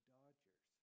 Dodgers